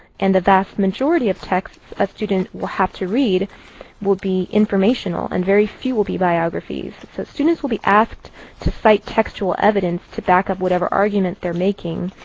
and the vast majority of texts a student will have to read will be informational, and very few will be biographies. so students will be asked to cite textual evidence to back up whatever argument they're making.